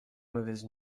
mauvaise